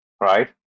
right